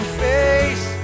face